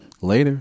Later